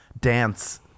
dance